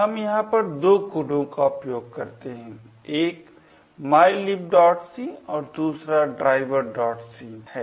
हम यहाँ पर दो कोडो का उपयोग करते है एक mylibc और दूसरा driverc है